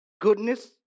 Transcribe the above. goodness